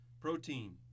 Protein